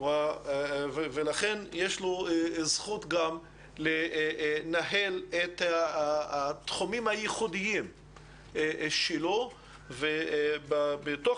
ולכן יש לו זכות לנהל את התחומים הייחודיים שלו ובתוך